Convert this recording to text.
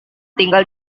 tinggal